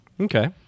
Okay